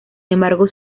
embargo